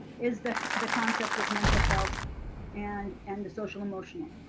is that the concept of mental health and and the social-emotional.